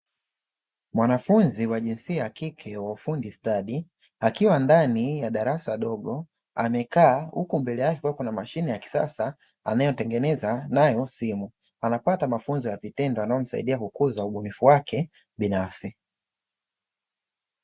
Mwanafunzi wa jinsia ya kike wa ufundi stadi, akiwa ndani ya darasa dogo, amekaa huku mbele yake kukiwa kuna mashine ya kisasa anayotengeneza nayo simu. Anapata mafunzo ya vitendo yanayomsaidia kukuza ubunifu wake binafsi.